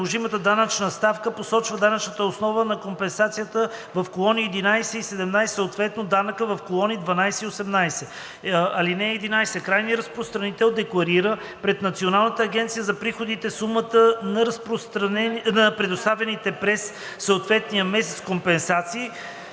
приложимата данъчна ставка посочва данъчната основа на компенсацията в колони 11 и 17, съответно данъка в колони 12 и 18. (11) Крайният разпространител декларира пред Националната агенция за приходите сумата на предоставените през съответния месец компенсации,